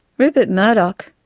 rupert murdoch.